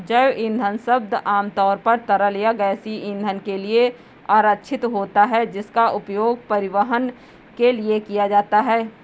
जैव ईंधन शब्द आमतौर पर तरल या गैसीय ईंधन के लिए आरक्षित होता है, जिसका उपयोग परिवहन के लिए किया जाता है